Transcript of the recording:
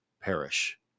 perish